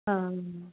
ਹਾਂ